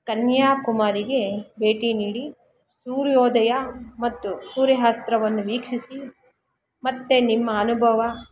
ಕನ್ಯಾಕುಮಾರಿಗೆ ಭೇಟಿ ನೀಡಿ ಸೂರ್ಯೋದಯ ಮತ್ತು ಸೂರ್ಯಾಸ್ತವನ್ನು ವೀಕ್ಷಿಸಿ ಮತ್ತು ನಿಮ್ಮ ಅನುಭವ